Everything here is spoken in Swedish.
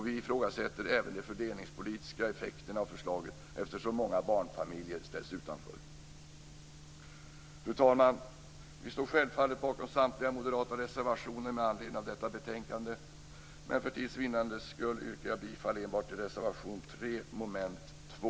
Vi ifrågasätter även de fördelningspolitiska effekterna av förslaget eftersom många barnfamiljer ställs utanför. Fru talman! Vi står självfallet bakom samtliga moderata reservationer med anledning av detta betänkande, men för tids vinnande yrkar jag bifall enbart till reservation 3 under mom. 2.